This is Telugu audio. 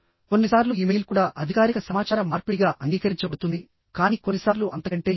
కొన్నిసార్లు ఇమెయిల్ కూడా అధికారిక సమాచార మార్పిడిగా అంగీకరించబడుతుంది కానీ కొన్నిసార్లు అంతకంటే ఎక్కువ